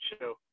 show